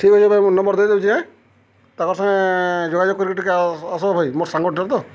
ଠିକ୍ ଅଛି ଭାଇ ମୁଁ ନମ୍ବର ଦେଇଦେଉଚିଁ ତାଙ୍କର ସାଙ୍ଗେ ଯୋଗାଯୋଗ କରିକି ଟିକେ ଆସ୍ବ ଭାଇ ମୋର ସାଙ୍ଗଟା ତ